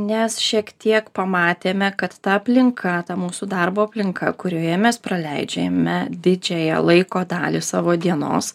nes šiek tiek pamatėme kad ta aplinka ta mūsų darbo aplinka kurioje mes praleidžiame didžiąją laiko dalį savo dienos